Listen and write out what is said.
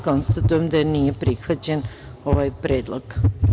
Konstatujem da nije prihvaćen ovaj predlog.